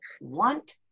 want